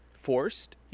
Forced